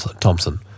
Thompson